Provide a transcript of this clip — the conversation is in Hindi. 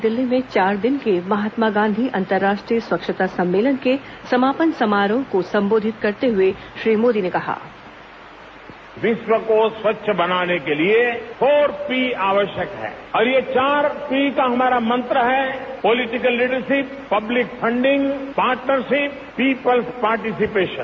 नई दिल्ली में चार दिन के महात्मा गांधी अंतर्राष्ट्रीय स्वच्छता सम्मेलन के समापन समारोह को संबोधित करते हुए श्री मोदी ने कहा विश्व को स्वच्छ बनाने के लिए फोर पी आवश्यक है और ये चार पी का हमारा मंत्र है political leadership public funding partnership people's participation